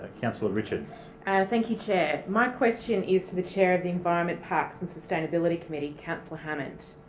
councillor richards and thank you, chair. my question is to the chair of the environment, parks and sustainability committee, councillor hammond.